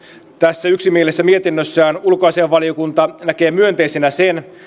tässä yksimielisessä mietinnössään ulkoasiainvaliokunta näkee myönteisenä sen